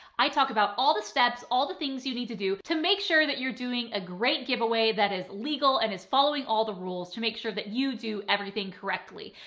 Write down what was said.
i talk about all the steps, all the things you need to do to make sure that you're doing a great giveaway that is legal and is following all the rules to make sure that you do everything correctly.